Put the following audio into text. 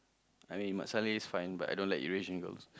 I mean mat salleh is fine but I don't like Eurasian girls